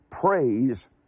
praise